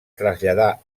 traslladà